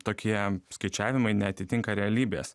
tokie skaičiavimai neatitinka realybės